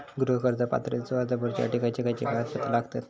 गृह कर्ज पात्रतेचो अर्ज भरुच्यासाठी खयचे खयचे कागदपत्र लागतत?